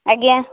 ଆଜ୍ଞା